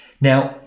Now